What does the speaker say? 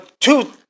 two